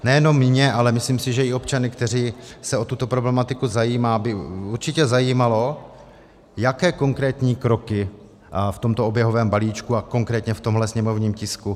Nejenom mě, ale myslím, že i občany, kteří se o tuto problematiku zajímají, by určitě zajímalo, jaké konkrétní kroky v tomto oběhovém balíčku a konkrétně v tomhle sněmovním tisku